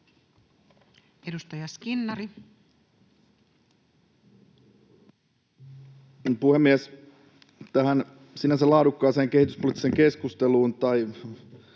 Edustaja Skinnari. Puhemies! Tässä sinänsä laadukkaassa kehityspoliittisessa keskustelussa, tai